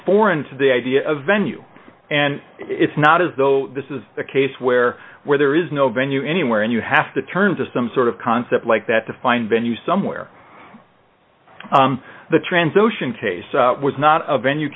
foreign to the idea of venue and it's not as though this is a case where where there is no venue anywhere and you have to terms of some sort of concept like that to find venue somewhere the trans ocean case was not a venue